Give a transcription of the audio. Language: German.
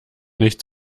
nicht